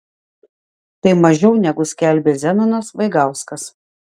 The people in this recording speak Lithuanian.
tai mažiau negu skelbė zenonas vaigauskas